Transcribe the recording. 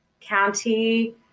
County